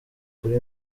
kuri